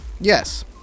Yes